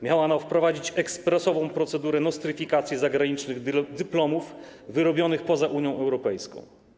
Miała ona wprowadzić ekspresową procedurę nostryfikacji zagranicznych dyplomów wyrobionych poza Unią Europejską.